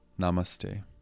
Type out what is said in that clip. Namaste